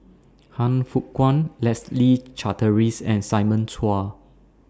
Han Fook Kwang Leslie Charteris and Simon Chua